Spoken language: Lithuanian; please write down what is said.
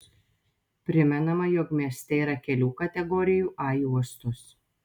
primenama jog mieste yra kelių kategorijų a juostos